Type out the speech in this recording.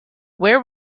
where